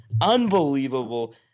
Unbelievable